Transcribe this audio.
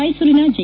ಮೈಸೂರಿನ ಜೆ